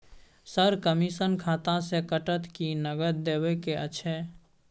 Sir, commission खाता से कटत कि नगद देबै के अएछ?